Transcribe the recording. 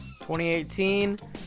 2018